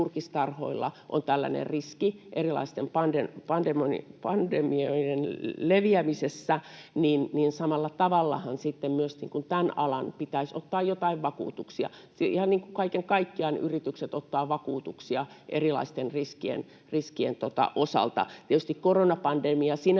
on tällainen riski erilaisten pandemioiden leviämisessä, niin samalla tavallahan sitten myöskin tämän alan pitäisi ottaa jotain vakuutuksia, ihan niin kuin kaiken kaikkiaan yritykset ottavat vakuutuksia erilaisten riskien osalta. Tietysti koronapandemia sinänsä